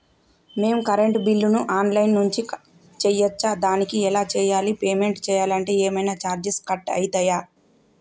మేము కరెంటు బిల్లును online నుంచి చేయచ్చా? దానికి ఎలా చేయాలి? పేమెంట్ చేయాలంటే ఏమైనా చార్జెస్ కట్ అయితయా?